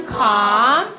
calm